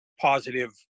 positive